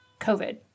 COVID